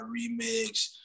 remix